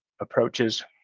approaches